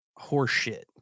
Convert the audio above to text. horseshit